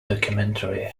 documentary